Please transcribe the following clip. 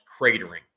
cratering